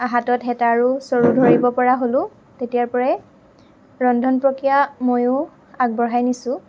হাতত হেতা আৰু চৰু ধৰিব পৰা হ'লো তেতিয়াৰপৰাই ৰন্ধন প্ৰক্ৰিয়া ময়ো আগবঢ়াই নিছোঁ